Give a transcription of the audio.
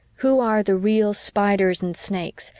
who are the real spiders and snakes,